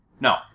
No